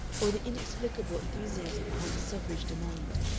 or the inexplicable enthusiasm behind the suffrage demand,